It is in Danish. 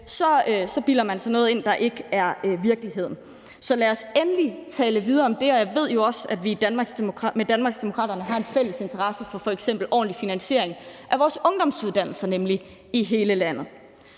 så bilder man sig noget ind, der ikke er virkeligheden. Så lad os endelig tale videre om det, og jeg ved jo også, at vi sammen med Danmarksdemokraterne har en fælles interesse for f.eks. ordentlig finansiering af vores ungdomsuddannelser i netop hele landet.